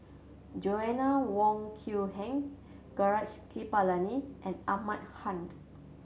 Joanna Wong Quee Heng Gaurav Kripalani and Ahmad Khan